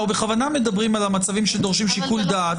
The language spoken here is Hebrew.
אנחנו בכוונה מדברים על המצבים שדורשים שיקול דעת.